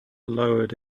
lowered